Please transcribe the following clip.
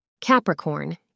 Capricorn